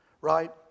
right